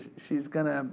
she's gonna,